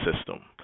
system